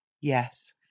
Yes